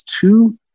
two